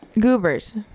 Goobers